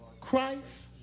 Christ